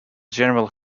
general